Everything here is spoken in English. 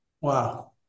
Wow